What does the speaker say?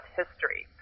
history